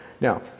Now